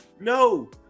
No